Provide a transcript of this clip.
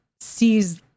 sees